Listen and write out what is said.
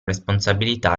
responsabilità